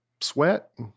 sweat